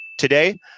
Today